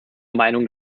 meinung